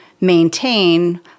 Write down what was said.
maintain